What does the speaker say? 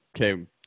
okay